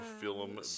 film